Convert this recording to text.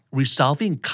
resolving